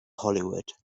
hollywood